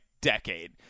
decade